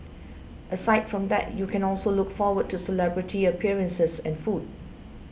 aside from that you can also look forward to celebrity appearances and food